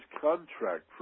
contract